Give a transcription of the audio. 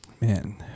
man